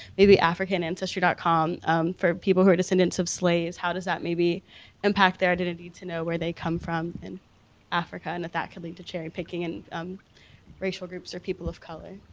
maybe africanancestry dot com for people who are descendants of slaves, how does that maybe impact their identity to know where they come from in africa, and that that could lead to cherry picking in racial groups or people of color.